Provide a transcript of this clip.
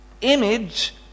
Image